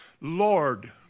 Lord